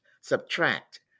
subtract